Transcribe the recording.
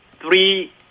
three